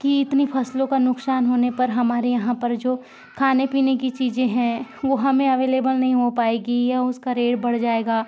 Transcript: कि इतनी फ़सलों का नुकसान होने पर हमारे यहाँ पर जो खाने पीने की चीज़ें हैं वो हमें अवेलेबल नहीं हो पाएंगी या उसका रेट बढ़ जाएगा